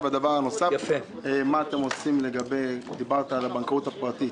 דבר נוסף, דיברת על הבנקאות הפרטית.